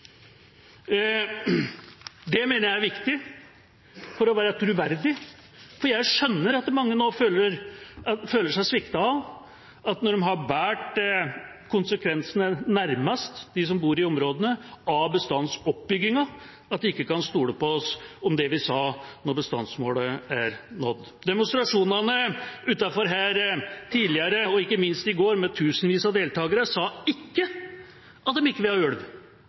Det mener jeg er viktig for å være troverdig. Jeg skjønner at mange nå føler seg sviktet – når de som bor i områdene, nærmest har båret konsekvensene av bestandsoppbyggingen – at de ikke kan stole på oss i det vi sa knyttet til når bestandsmålet er nådd. Til demonstrasjonene utenfor her tidligere og ikke minst i går, med tusenvis av deltakere: De sa ikke at de ikke ville ha ulv,